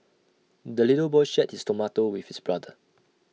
the little boy shared his tomato with his brother